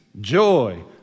joy